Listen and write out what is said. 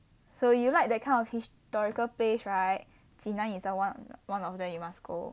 so you like that kind of historical place right 济南 is the one one of them you must go